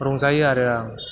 रंजायो आरो आं